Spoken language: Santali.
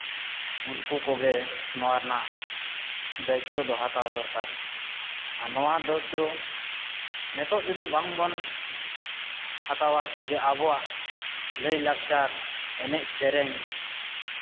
ᱩᱱᱠᱩ ᱠᱚᱜᱮ ᱱᱚᱣᱟ ᱨᱮᱱᱟᱜ ᱫᱟᱭᱤᱛᱛᱚ ᱫᱚ ᱦᱟᱛᱟᱣ ᱫᱚᱨᱠᱟᱨ ᱟᱨ ᱱᱚᱣᱟ ᱱᱤᱛᱚᱜ ᱡᱩᱫᱤ ᱵᱟᱝᱵᱚᱱ ᱦᱟᱛᱟᱣᱟ ᱟᱵᱚᱣᱟᱜ ᱞᱟᱭᱼᱞᱟᱠᱪᱟᱨ ᱮᱱᱮᱡ ᱥᱮᱨᱮᱧ